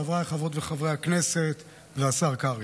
חבריי חברות וחברי הכנסת והשר קרעי,